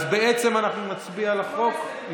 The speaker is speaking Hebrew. אז בעצם אנחנו נצביע על החוק.